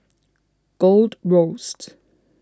Gold Roast